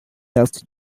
last